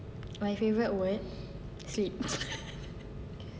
my favourite word sleep